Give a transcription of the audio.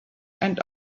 and